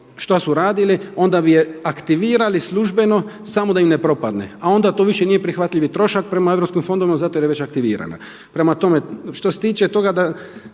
šta su radili onda bi je aktivirali službeno samo da im ne propadne, a onda to više nije prihvatljivi trošak prema europskim fondovima zato jer je već aktivirana. Prema tome, što se tiče toga da